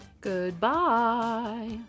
Goodbye